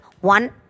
one